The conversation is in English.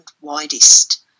widest